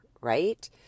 right